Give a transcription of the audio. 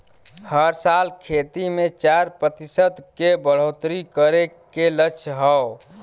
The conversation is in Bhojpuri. हर साल खेती मे चार प्रतिशत के बढ़ोतरी करे के लक्ष्य हौ